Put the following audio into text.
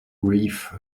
grief